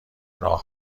راه